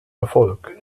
erfolg